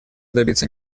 добиться